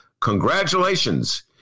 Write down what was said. congratulations